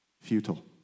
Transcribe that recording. futile